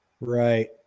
Right